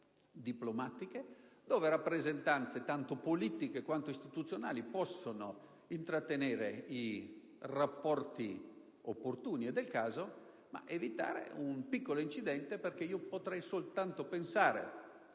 diplomatiche, dove rappresentanze tanto politiche quanto istituzionali possono intrattenere i rapporti opportuni e del caso, evitando un piccolo incidente. Proviamo ad immaginare